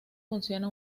funciona